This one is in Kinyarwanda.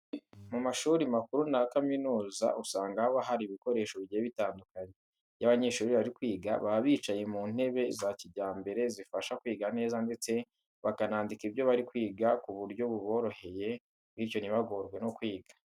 Mu mashuri makuru na za kaminuza, usanga haba hari ibikoresho bigiye bitandukanye. Iyo abanyeshuri bari kwiga baba bicaye mu ntebe za kijyambere zibafasha kwiga neza ndetse bakanandika ibyo bari kwiga ku buryo buboroheye bityo ntibagorwe no kwiga.